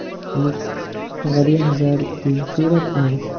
یُس واریاہ زیادٕ خوٗبصوٗرت آسہِ